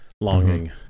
longing